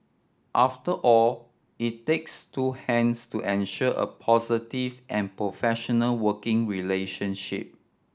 after all it takes two hands to ensure a positive and professional working relationship